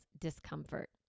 discomfort